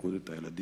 ובייחוד את הילדים.